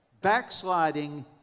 backsliding